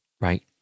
right